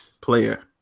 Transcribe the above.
player